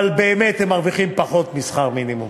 אבל באמת הם מרוויחים פחות משכר מינימום.